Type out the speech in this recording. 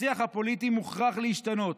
השיח הפוליטי מוכרח להשתנות.